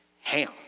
ham